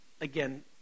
Again